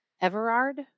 Everard